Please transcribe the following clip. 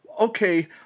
Okay